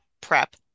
PrEP